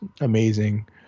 amazing